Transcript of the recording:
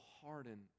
harden